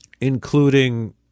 including